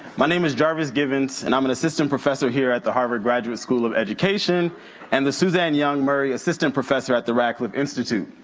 my name is jarvis givens and i'm an assistant professor here at the harvard graduate school of education and the suzanne young murray assistant professor at the radcliffe institute.